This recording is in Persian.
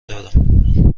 دادم